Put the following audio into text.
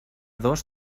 dos